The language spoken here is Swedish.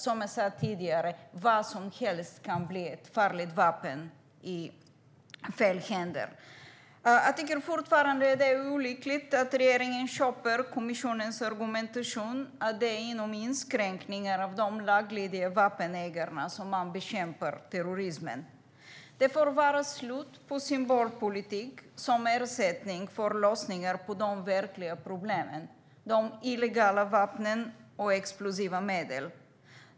Som jag sa tidigare kan vad som helst bli ett farligt vapen i fel händer. Jag tycker fortfarande att det är olyckligt att regeringen köper kommissionens argumentation, att det är genom inskränkningar av reglerna för de laglydiga vapenägarna som man bekämpar terrorism. Det får vara slut på symbolpolitik som ersättning för lösningar på de verkliga problemen med illegala vapen och explosiva medel.